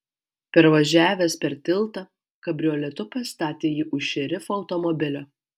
pervažiavęs per tiltą kabrioletu pastatė jį už šerifo automobilio